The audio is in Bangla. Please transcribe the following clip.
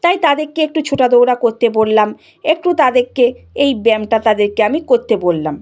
তাই তাদেরকে একটু ছোটা দৌড়া করতে বললাম একটু তাদেরকে এই ব্যায়ামটা তাদেরকে আমি করতে বললাম